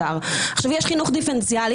לא, היא אמרה שיש חינוך דיפרנציאלי.